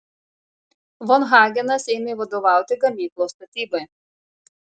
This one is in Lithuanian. von hagenas ėmė vadovauti gamyklos statybai